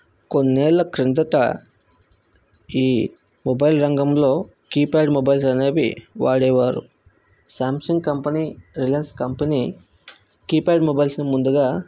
కొన్నేళ్ళ క్రిందట ఈ మొబైల్ రంగంలో కీప్యాడ్ మొబైల్స్ అనేవి వాడేవారు Samsung company Reliance company keypad మొబైల్స్ని ముందుగా